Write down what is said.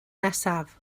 nesaf